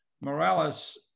Morales